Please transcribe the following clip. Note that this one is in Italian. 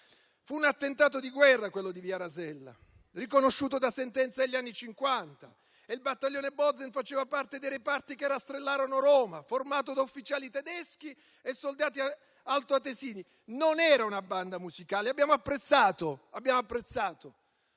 Fu un attentato di guerra quello di via Rasella, riconosciuto da sentenza negli anni Cinquanta, e il battaglione Bozen faceva parte dei reparti che rastrellarono Roma, formato da ufficiali tedeschi e soldati altoatesini. Non era una banda musicale; abbiamo apprezzato